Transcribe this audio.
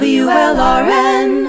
wlrn